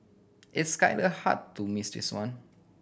it's kinda hard to miss this one